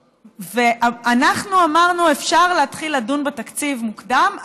אנחנו אמרנו: אפשר להתחיל לדון בתקציב מוקדם,